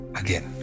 again